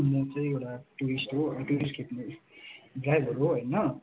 म चाहिँ एउटा टुरिस्ट हो टुरिस्ट खेप्ने ड्राइभर हो होइन